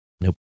Nope